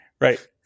right